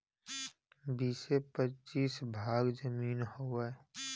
बीसे पचीस भाग जमीन हउवे